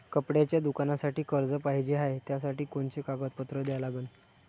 कपड्याच्या दुकानासाठी कर्ज पाहिजे हाय, त्यासाठी कोनचे कागदपत्र द्या लागन?